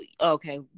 okay